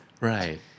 Right